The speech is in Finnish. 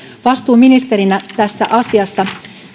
vastuuministerinä tässä asiassa